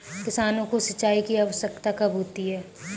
किसानों को सिंचाई की आवश्यकता कब होती है?